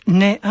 ne